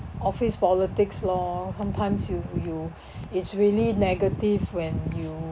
office politics lor sometimes you you it's really negative when you